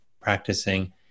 practicing